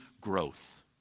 growth